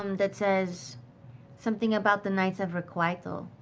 um that says something about the knights of requital.